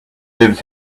lives